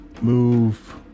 move